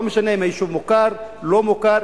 לא משנה אם היישוב מוכר או לא מוכר.